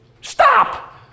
stop